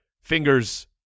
fingers